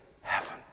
heaven